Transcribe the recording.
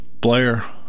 blair